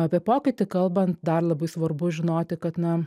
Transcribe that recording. apie pokytį kalbant dar labai svarbu žinoti kad na